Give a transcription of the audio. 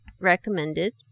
recommended